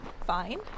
Fine